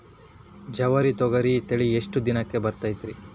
ಜವಾರಿ ತೊಗರಿ ತಳಿ ಎಷ್ಟ ದಿನಕ್ಕ ಬರತೈತ್ರಿ?